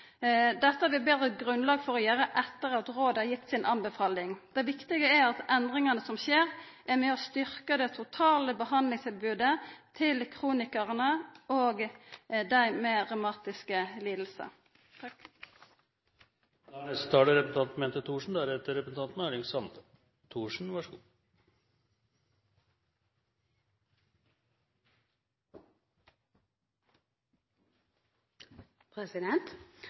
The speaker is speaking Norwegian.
Dette har vi betre grunnlag for å gjera etter at rådet har gitt si anbefaling. Det viktige er at endringane som skjer, er med på å styrkja det totale behandlingstilbodet til kronikarane og dei med